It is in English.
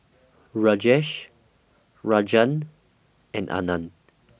Rajesh Rajan and Anand